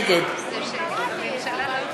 נגד שי פירון,